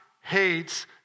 hates